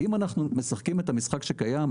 אם אנחנו משחקים את המשחק שקיים,